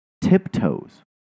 Tiptoes